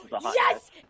Yes